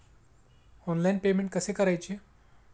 Online payment कसे करायचे?